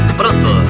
pronto